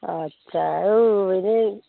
আচ্ছা অ' এনেই